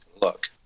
look